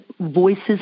voices